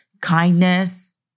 kindness